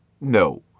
No